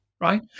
right